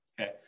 Okay